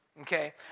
okay